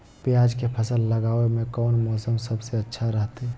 प्याज के फसल लगावे में कौन मौसम सबसे अच्छा रहतय?